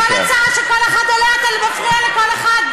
בכל הצעה שכל אחד עולה אתה מפריע לכל אחד.